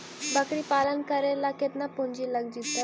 बकरी पालन करे ल केतना पुंजी लग जितै?